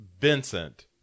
Vincent